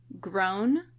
grown